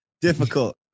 Difficult